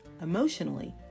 emotionally